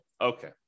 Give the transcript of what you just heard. Okay